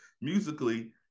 musically